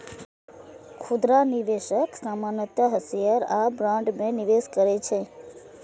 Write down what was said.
खुदरा निवेशक सामान्यतः शेयर आ बॉन्ड मे निवेश करै छै